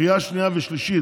בקריאה שנייה ושלישית,